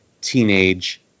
teenage